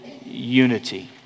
unity